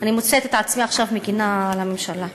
אני מוצאת את עצמי עכשיו מגינה על הממשלה.